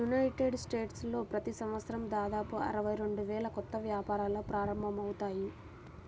United స్టేట్స్లో ప్రతి సంవత్సరం దాదాపు అరవై రెండు వేల కొత్త వ్యాపారాలు ప్రారంభమవుతాయి